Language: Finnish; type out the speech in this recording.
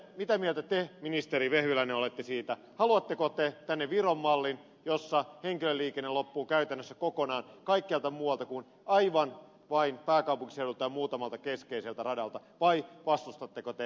mitä mieltä te ministeri vehviläinen olette siitä haluatteko te tänne viron mallin jossa henkilöliikenne loppuu käytännössä kokonaan kaikkialta muualta kuin aivan vain pääkaupunkiseudulta ja muutamalta keskeiseltä radalta vai vastustatteko te henkilöliikenteen kilpailuttamista